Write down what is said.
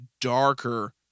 darker